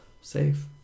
Safe